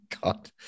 God